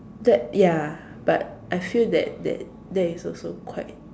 the ya but I feel that that that is also quite